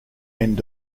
end